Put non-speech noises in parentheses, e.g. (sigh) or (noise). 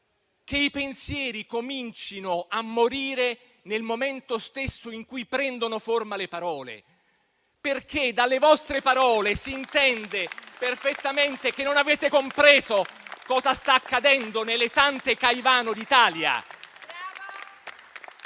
che i pensieri comincino a morire nel momento stesso in cui prendono forma le parole. (applause) Dalle vostre parole, infatti, si intende perfettamente che non avete compreso cosa sta accadendo nelle tante Caivano d'Italia